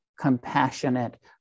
compassionate